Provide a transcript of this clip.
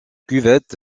cuvette